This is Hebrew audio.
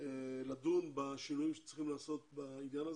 לדון בשינויים שצריכים להיעשות בעניין הזה.